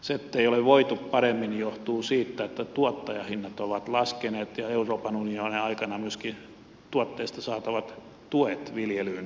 se ettei ole voitu paremmin johtuu siitä että tuottajahinnat ovat laskeneet ja euroopan unionin aikana myöskin tuotteista saatavat tuet viljelyyn ovat laskeneet